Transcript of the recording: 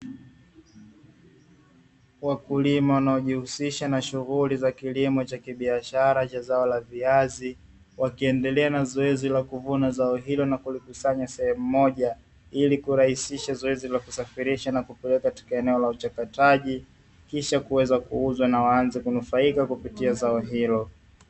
Wakulima wanaojihusisha na shughuli za kilimo cha kibiashara cha zao la viazi, wakiendelea na zoezi la kuvuna zao hilo na kulikusanya sehemu moja, ili kurahisisha zoezi la kusafirisha na kupeleka katika eneo la uchakataji kisha kuweza kuuzwa na waanze kunufaika kupitia zao hilo.